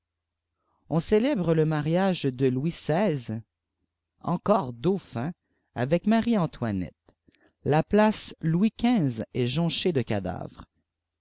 on célèbre le mariage de louis xvi encore dauphin avec marie-antoinette la place louis xv est jonchée de cadavres